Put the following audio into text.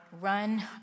run